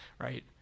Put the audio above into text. right